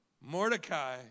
Mordecai